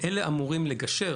אלה אמורים לגשר